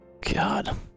God